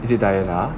is it diana